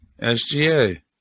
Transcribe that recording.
SGA